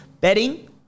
betting